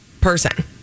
person